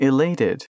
Elated